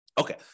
Okay